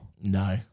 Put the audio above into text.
No